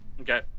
Okay